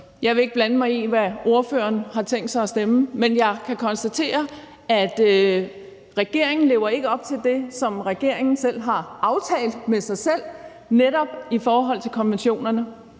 Jeg vil ikke blande mig i, hvad ordføreren har tænkt sig at stemme, men jeg kan konstatere, at regeringen ikke lever op til det, som regeringen selv har aftalt med sig selv, netop i forhold til konventionerne.